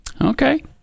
Okay